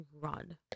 run